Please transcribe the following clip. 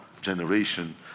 generation